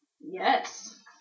Yes